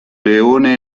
leone